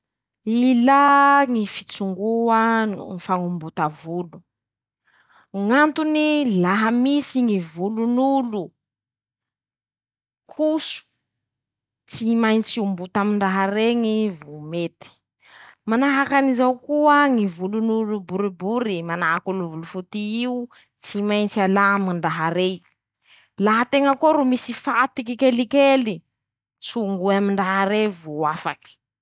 Ilà ñy fitsongoa no ñy fañombota volo, Ñ'antony: -Laha misy volon'olo, koso tsy maintsy ombota amiraha reñy vo mety, manahakan'izao koa ñy volon'olo boribory manahak'olo volofoty io, tsy maintsy alà amandraharey, laha teña koa ro misy fatiky kelikely, tsongoe amindraharey vo afaky.